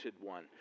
one